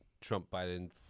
Trump-Biden